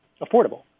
affordable